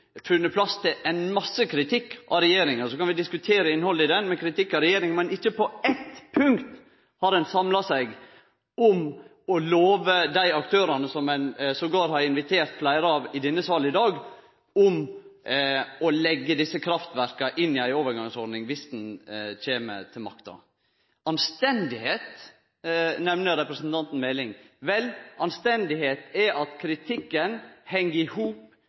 funne plass til ein masse kritikk av regjeringa – som vi kan diskutere innhaldet i – men ikkje på eitt punkt har ein samla seg om å love dei aktørane som ein endåtil har invitert fleire av til denne salen i dag, å leggje desse kraftverka inn i ei overgangsordning, viss ein kjem til makta. «Anstendigheit» nemner representanten Meling. Vel, anstendigheit er at kritikken heng i hop